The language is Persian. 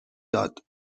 داد